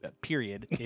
Period